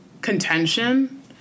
contention